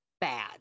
Bad